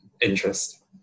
interest